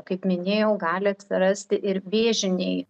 kaip minėjau gali atsirasti ir vėžiniai